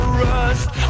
rust